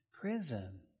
prison